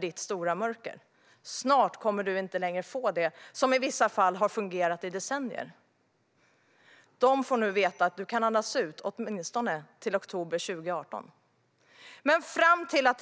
deras stora mörker snart skulle komma och att de snart inte längre kommer att få det som i vissa fall har fungerat i decennier, får nu veta att de kan andas ut, åtminstone till oktober 2018.